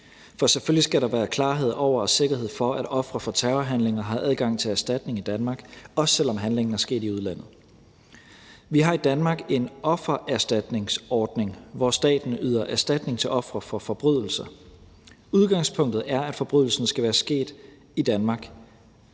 Selvfølgelig skal der være klarhed over og sikkerhed for, at ofre for terrorhandlinger har adgang til erstatning i Danmark, også selv om handlingen er sket i udlandet. Vi har i Danmark en offererstatningsordning, hvor staten yder erstatning til ofre for forbrydelser. Udgangspunktet er, at forbrydelsen skal være sket i Danmark,